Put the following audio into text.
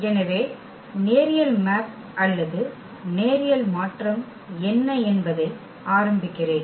எனவே நேரியல் மேப் அல்லது நேரியல் மாற்றம் என்ன என்பதை ஆரம்பிக்கிறேன்